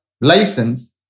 license